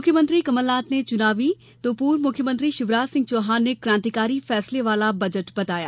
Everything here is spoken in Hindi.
मुख्यमंत्री कमलनाथ ने चुनावी तो पूर्व मुख्यमंत्री शिवराज सिंह चौहान ने कांतिकारी फैसले वाला बजट बताया